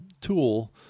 tool